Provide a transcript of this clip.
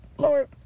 Lord